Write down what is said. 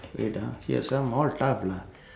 wait ah here some all tough lah